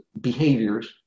behaviors